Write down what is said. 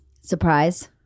surprise